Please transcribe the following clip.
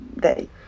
day